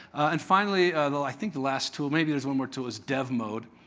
and finally, i think the last tool, maybe there's one more tool, is dev mode.